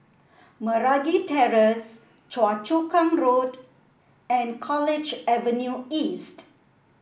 Meragi Terrace Choa Chu Kang Road and College Avenue East